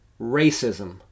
racism